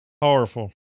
Powerful